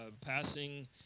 passing